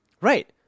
Right